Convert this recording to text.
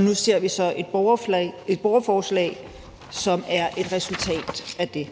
nu ser vi så et borgerforslag, som er et resultat af det.